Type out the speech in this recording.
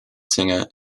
singer